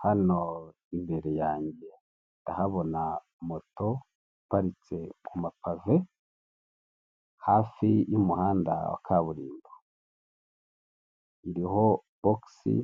Hano imbere yanjye ndahabona moto iparitse kumapave, hafi y'umuhanda wa kaburimbo. Iriho bokisi